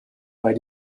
bei